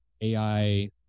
AI